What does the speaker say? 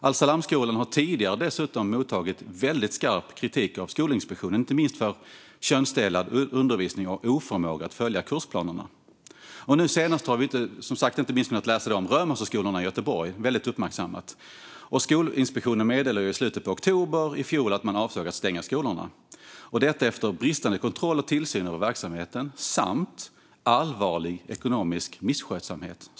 Alsalamskolan har tidigare dessutom mottagit skarp kritik av Skolinspektionen, inte minst för sin könsdelade undervisning och oförmåga att följa kursplanerna. Nu senast har vi kunnat läsa inte minst om Römosseskolorna i Göteborg, som varit väldigt uppmärksammade. Skolinspektionen meddelade i slutet av oktober i fjol att man avsåg att stänga skolorna efter den bristande kontrollen och tillsynen över verksamheten samt allvarlig ekonomisk misskötsamhet.